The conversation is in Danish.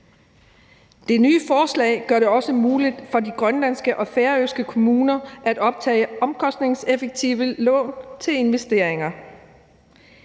Det nye forslag gør det også muligt for de grønlandske og færøske kommuner at optage omkostningseffektive lån til investeringer.